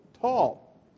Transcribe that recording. tall